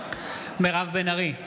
מירב בן ארי,